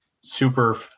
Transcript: super